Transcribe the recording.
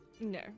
No